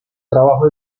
trabajo